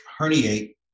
herniate